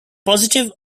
positive